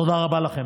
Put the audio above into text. תודה רבה לכם.